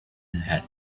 had